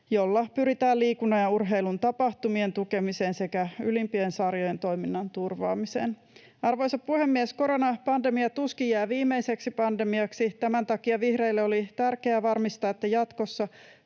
jolla pyritään liikunnan ja urheilun tapahtumien tukemiseen sekä ylimpien sarjojen toiminnan turvaamiseen. Arvoisa puhemies! Koronapandemia tuskin jää viimeiseksi pandemiaksi. Tämän takia vihreille oli tärkeää varmistaa, että jatkossa